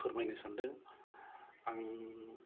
फोरमायनो सान्दों आं